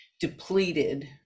depleted